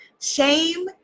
Shame